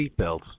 seatbelts